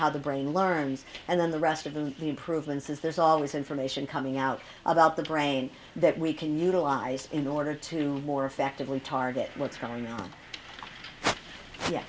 how the brain learns and then the rest of the improvements as there's always information coming out about the brain that we can utilize in order to more effectively target what's going on